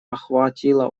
охватило